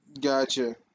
Gotcha